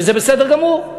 וזה בסדר גמור,